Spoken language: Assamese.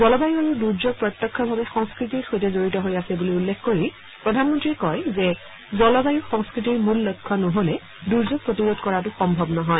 জলবায়ু আৰু দুৰ্যোগ প্ৰত্যক্ষভাৱে সংস্কৃতিৰ সৈতে জড়িত হৈ আছে বুলি উল্লেখ কৰি প্ৰধানমন্ত্ৰীয়ে কয় যে জলবায়ু সংস্থতিৰ মূল লক্ষ্য নহলে দুৰ্যোগ প্ৰতিৰোধ কৰাটো সম্ভৱ নহয়